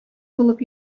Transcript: булып